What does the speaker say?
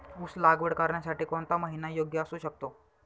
ऊस लागवड करण्यासाठी कोणता महिना योग्य असू शकतो?